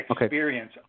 experience